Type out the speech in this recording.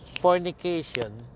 fornication